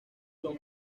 son